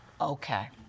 Okay